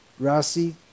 rasi